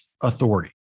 authority